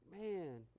Man